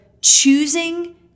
choosing